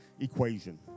equation